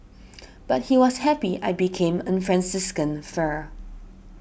but he was happy I became a Franciscan friar